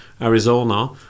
Arizona